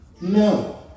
No